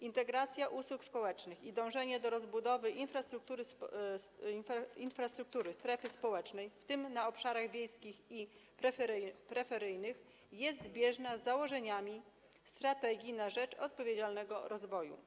Integracja usług społecznych i dążenie do rozbudowy infrastruktury strefy społecznej, w tym na obszarach wiejskich i peryferyjnych, jest zbieżna z założeniami „Strategii na rzecz odpowiedzialnego rozwoju”